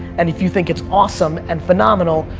and if you think it's awesome and phenomenal,